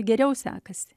geriau sekasi